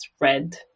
red